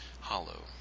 hollow